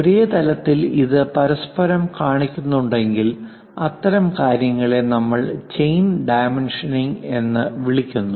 ഒരേ തലത്തിൽ ഇത് പരസ്പരം കാണിക്കുന്നുണ്ടെങ്കിൽ അത്തരം കാര്യങ്ങളെ നമ്മൾ ചെയിൻ ഡൈമെൻഷനിംഗ് എന്ന് വിളിക്കുന്നു